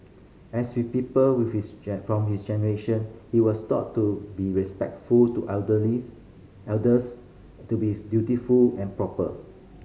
as with people with his from his generation he was taught to be respectful to elders to be dutiful and proper